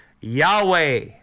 Yahweh